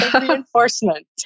Reinforcement